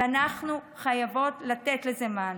ואנחנו חייבות לתת לזה מענה.